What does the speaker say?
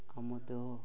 ମୋ ଦେହ